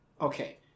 Okay